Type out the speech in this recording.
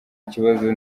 kibazo